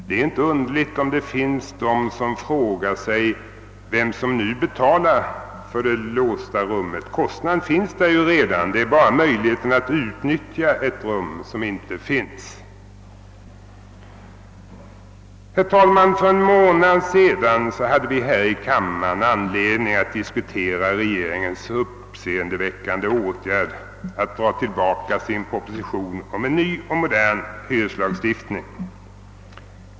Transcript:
Det är inte underligt om det finns de som frågar vem som nu betalar för det låsta rummet. Kostnaden finns ju redan där. Det är bara möjligheten att utnyttja ett nybyggt rum som inte finns. Herr talman! För en månad sedan hade vi här i kammaren anledning att diskutera regeringens uppseendeväckande åtgärd att dra tillbaka sin proposition om en ny och modern hyreslagstiftning.